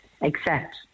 accept